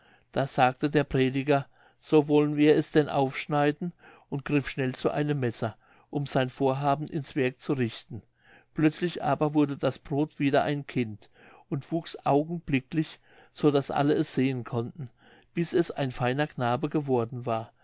da sagte der prediger so wollen wir es denn aufschneiden und griff schnell zu einem messer um sein vorhaben ins werk zu richten plötzlich aber wurde das brod wieder ein kind und wuchs augenblicklich so daß alle es sehen konnten bis es ein feiner knabe geworden war